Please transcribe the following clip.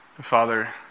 Father